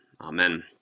Amen